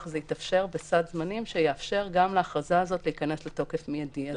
הזה יתאפשר בסד זמנים שיאפשר גם להכרזה הזו להיכנס לתוקף מיידי.